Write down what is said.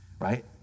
Right